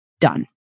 Done